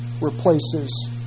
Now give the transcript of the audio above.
replaces